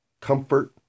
comfort